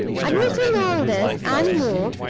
admitting all this, and more,